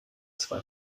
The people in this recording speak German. zwei